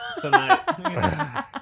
tonight